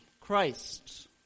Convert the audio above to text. Christ